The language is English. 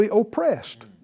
oppressed